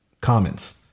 comments